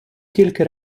тільки